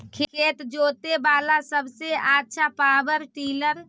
खेत जोते बाला सबसे आछा पॉवर टिलर?